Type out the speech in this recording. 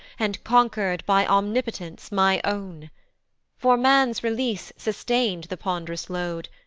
and conquer'd by omnipotence my own for man's release sustain'd the pond'rous load,